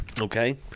Okay